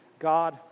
God